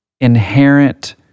inherent